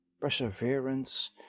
Perseverance